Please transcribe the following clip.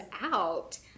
out